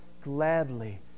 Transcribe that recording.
gladly